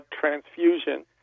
transfusion